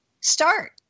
start